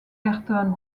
ayrton